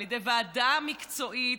על ידי ועדה מקצועית,